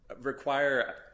require